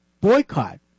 boycott